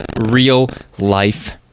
real-life